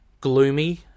gloomy